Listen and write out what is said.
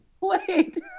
Wait